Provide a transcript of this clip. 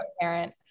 parent